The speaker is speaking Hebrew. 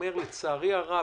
שלצערי הרב,